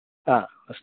हा अस्तु